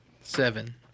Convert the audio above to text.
Seven